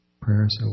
prayers